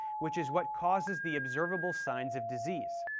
which is what causes the observable signs of disease.